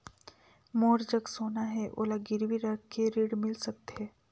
मोर जग सोना है ओला गिरवी रख के ऋण मिल सकथे?